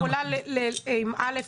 את יכולה להסכים עם א'?